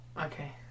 Okay